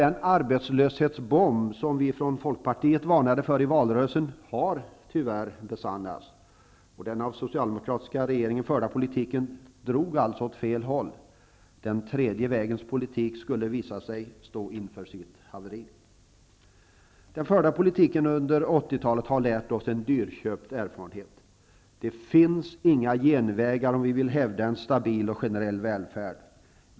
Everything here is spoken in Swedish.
Den arbetslöshetsbomb som vi från Folkpartiet varnade för i valrörelsen har tyvärr besannats. Den av den socialdemokratiska regeringen förda politiken drog alltså åt fel hål. Den tredje vägens politik skulle visa sig stå inför sitt haveri. Den förda politiken under 1980-talet har lärt oss alla en dyrköpt erfarenhet. Det finns inga genvägar för att hävda en stabil och generell välfärd.